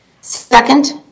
Second